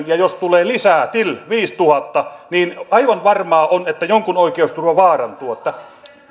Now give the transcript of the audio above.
ja jos tulee lisää till viisituhatta niin aivan varmaa on että jonkun oikeusturva vaarantuu